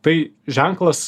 tai ženklas